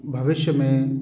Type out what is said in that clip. भविष्य में